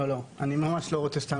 לא, לא, אני ממש לא רוצה סתם לזרוק מספר.